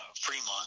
Fremont